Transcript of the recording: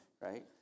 right